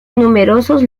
numerosos